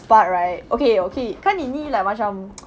part okay okay kan ini like macam